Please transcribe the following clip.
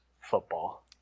football